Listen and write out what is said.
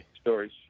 stories